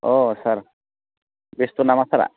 अ सार बेस्थ' नामा सारा